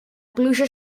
pluja